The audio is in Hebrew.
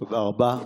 תודה רבה.